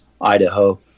Idaho